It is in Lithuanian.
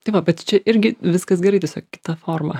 tai va bet čia irgi viskas gerai tiesiog kita forma